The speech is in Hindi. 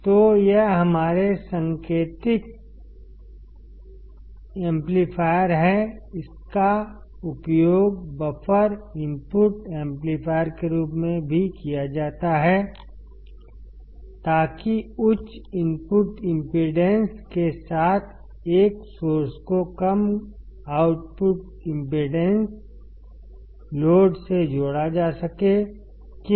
तो यह हमारे संकेतित एम्पलीफायर है इसका उपयोग बफर इनपुट एम्पलीफायर के रूप में भी किया जाता है ताकि उच्च इनपुट इम्पीडेन्स के साथ एक सोर्स को कम आउटपुट इम्पीडेन्स लोड से जोड़ा जा सके क्यों